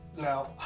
Now